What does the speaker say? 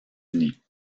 unis